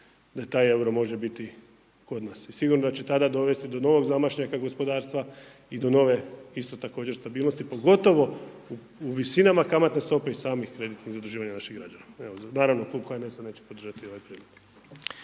da taj euro može biti kod nas. I sigurno da će tada dovesti do novog zamašnjaka gospodarstva i do nove isto također stabilnosti pogotovo u visinama kamatne stope i samih kreditnih zaduživanja naših građana. Evo, naravno Klub HNS-a neće podržati ovaj prijedlog.